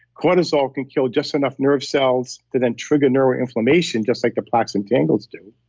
cortisol can kill just enough nerve cells to then trigger neuroinflammation just like the plaques and tangles do.